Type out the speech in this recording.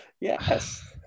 yes